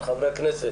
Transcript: אני מודה לחברי הכנסת.